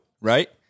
right